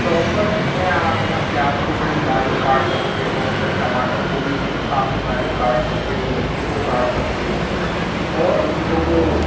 choppers में आप है ना प्याज को बड़ी बारिक काट सकते हो या टमाटर को भी काफी बारिक काट सकते हो मिर्ची को काट सकते हो और जो वह